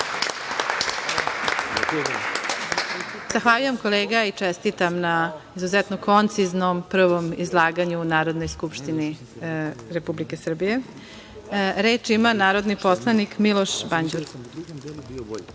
Zahvaljujem, kolega i čestitam na izuzetno konciznom prvom izlaganju u Narodnoj skupštini Republike Srbije. Reč ima narodni poslanik Miloš Banđur.